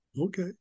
Okay